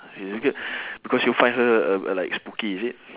is this girl because you find her uh like spooky is it